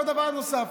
דבר נוסף: